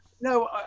No